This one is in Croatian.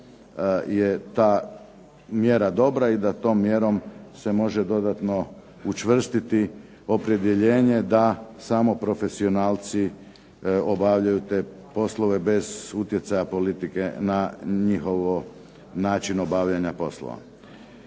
je ta mjera dobra i da tom mjerom se može dodatno učvrstiti opredjeljenje da samo profesionalci obavljaju te poslove bez utjecaja politike na njihov način obavljanja poslova.